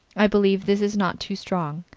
i believe this is not too strong.